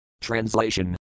Translation